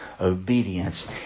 obedience